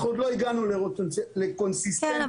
אנחנו עוד לא הגענו לקונסיסטנטיות --- כן,